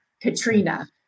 Katrina